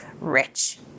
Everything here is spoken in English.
rich